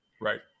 Right